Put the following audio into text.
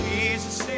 Jesus